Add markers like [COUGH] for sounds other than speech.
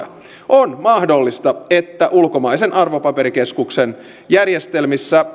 on mahdollista että ulkomaisen arvopaperikeskuksen järjestelmissä [UNINTELLIGIBLE]